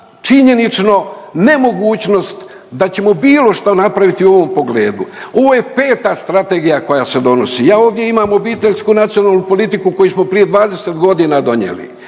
činjenično ne mogućnost da ćemo bilo šta napraviti u ovom pogledu. Ovo je 5. strategija koja se donosi. Ja ovdje imam obiteljsku nacionalnu politiku koju smo prije 20.g. donijeli,